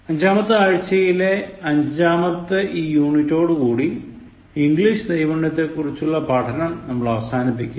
അഞ്ചാമത്തെ ആഴ്ചയിലെ അഞ്ചാമത്തെ ഈ യൂണിറ്റോടുകൂടി ഇംഗ്ലീഷ് നൈപുണ്യത്തെക്കുറിച്ചുള്ള പഠനം നമ്മൾ അവസാനിപ്പിക്കും